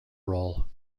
role